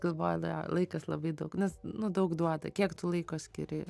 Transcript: galvoju dar laikas labai daug nes nu daug duota kiek tu laiko skiri